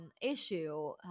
issue